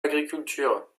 agriculture